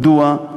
מדוע?